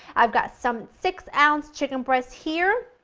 i've got some six ounce chicken breasts here,